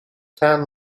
ten